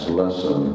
lesson